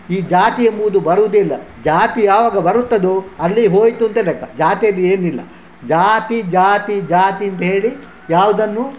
ಈ ಜಾತಿ ಎಂಬುವುದು ಬರುವುದಿಲ್ಲ ಜಾತಿ ಯಾವಾಗ ಬರುತ್ತದೋ ಅಲ್ಲಿಗೆ ಹೋಯಿತು ಅಂತ ಲೆಕ್ಕ ಜಾತಿಯಲ್ಲಿ ಏನಿಲ್ಲ ಜಾತಿ ಜಾತಿ ಜಾತಿ ಅಂಥೇಳಿ ಯಾವುದನ್ನು